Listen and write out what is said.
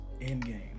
Endgame